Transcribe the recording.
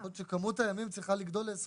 יכול להיות שכמות הימים צריכה לגדול ל-23.